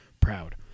proud